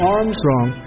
Armstrong